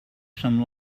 some